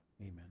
Amen